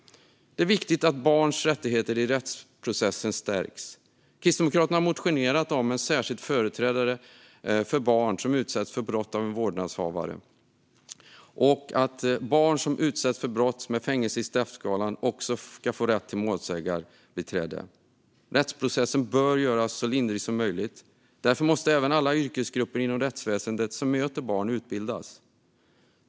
Det är viktigt att barns rättigheter i rättsprocesser stärks. Kristdemokraterna har motionerat om en särskild företrädare för barn som utsatts för brott av en vårdnadshavare Barn som utsatts för brott som ger fängelse i straffskalan ska också har rätt till målsägandebiträde. Rättsprocessen bör göras så lindrig som möjligt. Därför måste alla yrkesgrupper inom rättsväsendet som möter barn utbildas.